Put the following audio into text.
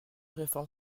réforme